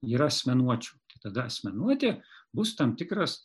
yra asmenuočių tada asmenuotė bus tam tikras